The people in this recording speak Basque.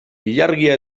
ilargia